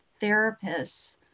therapists